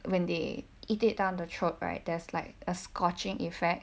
when they eat it down the throat right there's like a scorching effect